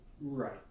Right